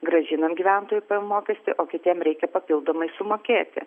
grąžinam gyventojų pajamų mokestį o kitiem reikia papildomai sumokėti